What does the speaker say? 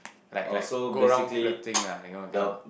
like like go around flirting ah you know that kind of